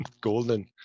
Golden